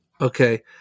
Okay